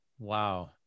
Wow